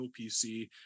OPC